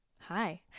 Hi